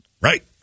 Right